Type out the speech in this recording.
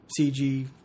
CG